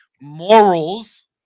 morals